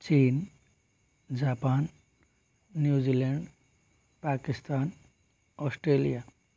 चीन Japan New Zealand Pakistan Australia